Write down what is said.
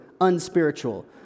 unspiritual